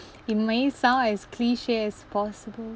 it may sound as cliche as possible